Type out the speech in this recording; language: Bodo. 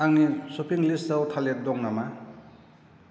आंनि शपिं लिस्टाव थालेर दं नामा